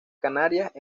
canarias